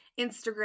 Instagram